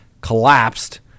collapsed